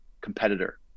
competitor